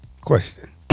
Question